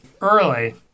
early